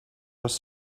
was